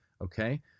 okay